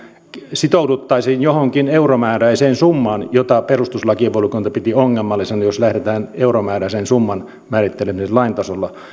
sitouduttaisiin johonkin euromääräiseen summaan perustuslakivaliokunta piti ongelmallisena jos lähdetään euromääräisen summan määrittelemiseen lain tasolla